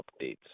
updates